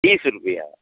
तीस रुपया